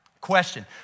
Question